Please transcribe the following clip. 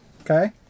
okay